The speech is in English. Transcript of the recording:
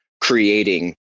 creating